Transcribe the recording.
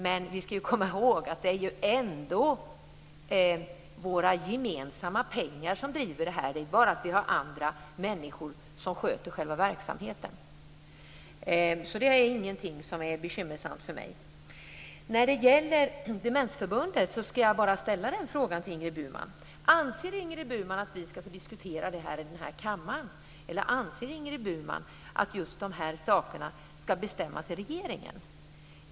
Men vi ska komma ihåg att det ändå är våra gemensamma pengar som finansierar den privata vården. Det är bara det att det är andra människor som sköter själva verksamheten. Så detta är ingenting som är bekymmersamt för mig. Angående Demensförbundet vill jag ställa frågan till Ingrid Burman: Anser Ingrid Burman att vi ska få diskutera den frågan här i kammaren, eller anser hon att just dessa saker ska beslutas av regeringen?